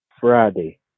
Friday